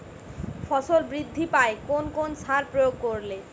ফসল বৃদ্ধি পায় কোন কোন সার প্রয়োগ করলে?